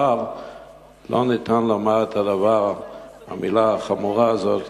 אבל לא ניתן לומר את המלה החמורה הזאת,